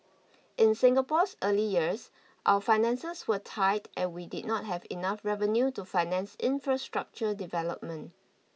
in Singapore's early years our finances were tight and we did not have enough revenue to finance infrastructure development